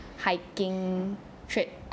hiking trip